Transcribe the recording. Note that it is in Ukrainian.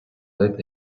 ледь